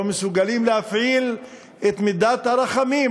לא מסוגלים להפעיל את מידת הרחמים,